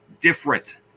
different